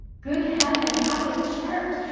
good heaven, how it chirped!